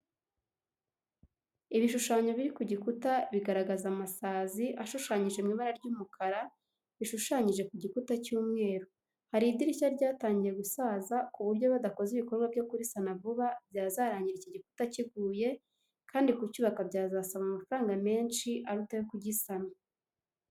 Ibishushanyo biri ku gikuta bigaragaza amasazi, ashushanyije mu ibara ry'umukara bishushanyije ku gikuta cy'umweru, hari idirishya ryatangiye gusaza ku buryo badakoze ibikorwa byo kurisana vuba byazarangira iki gikuta kiguye, kandi kucyubaka byazasaba amafaranga menshi aruta ayo kugisana.